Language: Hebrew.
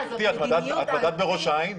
את בדקת בראש העין?